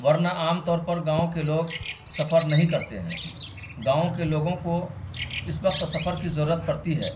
ورنہ عام طور پر گاؤں کے لوگ سفر نہیں کرتے ہیں گاؤں کے لوگوں کو اس وقت سفر کی ضرورت پڑتی ہے